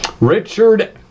Richard